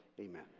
amen